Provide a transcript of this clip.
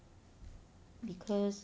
because